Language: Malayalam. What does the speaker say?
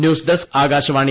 news desk Akashvani